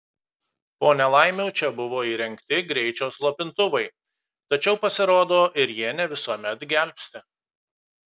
po nelaimių čia buvo įrengti greičio slopintuvai tačiau pasirodo ir jie ne visuomet gelbsti